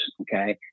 Okay